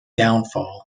downfall